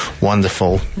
wonderful